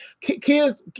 Kids